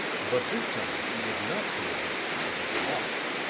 but this time she did not pay a visit to professor locke.